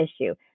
issue